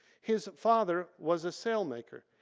his father was a sailmaker.